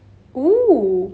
oh